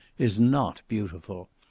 is not beautiful.